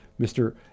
Mr